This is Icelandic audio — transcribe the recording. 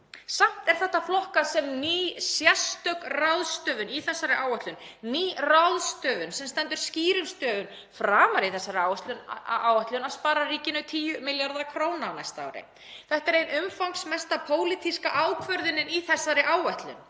Samt er þetta flokkað sem ný sérstök ráðstöfun í þessari áætlun, ný ráðstöfun sem stendur skýrum stöfum framar í þessari áætlun að á að spara ríkinu 10 milljarða kr. á næsta ári. Þetta er ein umfangsmesta pólitíska ákvörðunin í þessari áætlun.